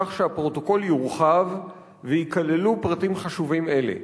כך שהפרוטוקול יורחב וייכללו פרטים חשובים אלה?